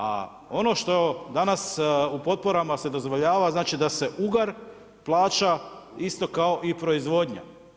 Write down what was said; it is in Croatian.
A ono što danas u potporama se dozvoljava, znači da se ugar plaća isto kao i proizvodnja.